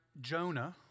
Jonah